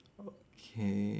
okay